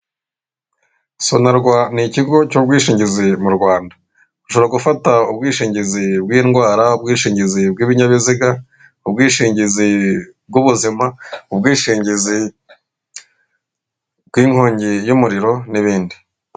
Sonarwa ni ikigo cy'ubwishingizi mu Rwanda ushobora gufata ubwishingizi bw'indwara, ubwishingizi bw'ibinyabiziga, ubwishingizi bw'ubuzima, ubwishingizi bw'inkongi y'umuriro n'ibindi.